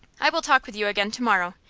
i will talk with you again to-morrow,